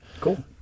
Cool